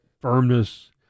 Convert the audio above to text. firmness